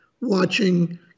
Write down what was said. watching